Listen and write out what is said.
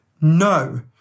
no